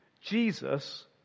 Jesus